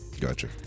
Gotcha